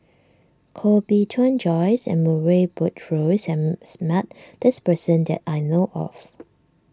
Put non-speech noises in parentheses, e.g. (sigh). Koh Bee Tuan Joyce and Murray Buttrose (unintelligible) met this person that I know of